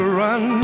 run